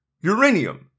uranium